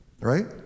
Right